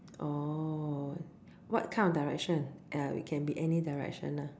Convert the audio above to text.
orh what kind of Direction uh it can be any Direction lah